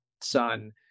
son